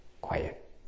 Quiet